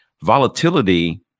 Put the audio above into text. volatility